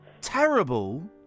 terrible